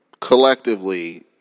collectively